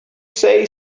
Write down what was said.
say